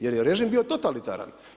Jer je režim bio totalitaran.